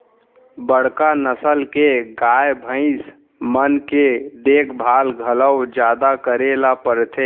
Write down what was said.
बड़का नसल के गाय, भईंस मन के देखभाल घलौ जादा करे ल परथे